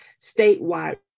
statewide